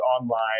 online